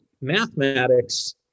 Mathematics